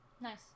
Nice